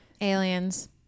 Aliens